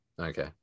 okay